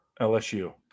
LSU